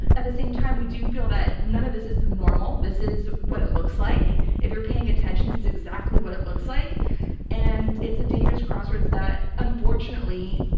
at the same time, we do feel that none of this is um normal. this is what it looks like, if you're paying attention, this is exactly what it looks like and it's a dangerous crossroads that unfortunately,